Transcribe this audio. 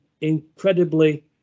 incredibly